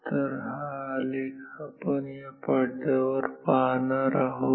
तर हा आलेख आपण या पडद्यावर पाहणार आहोत